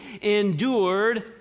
endured